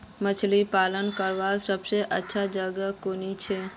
मछली पालन करवार सबसे अच्छा जगह कुनियाँ छे?